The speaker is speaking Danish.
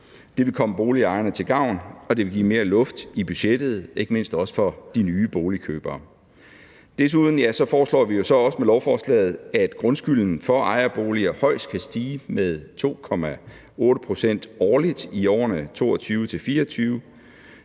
Det vil komme boligejerne til gavn, og det vil give mere luft i budgettet, ikke mindst for de nye boligkøbere. Desuden foreslår vi jo også med lovforslaget, at grundskylden for ejerboliger højst kan stige med 2,8 pct. årligt i årene 2022-2024.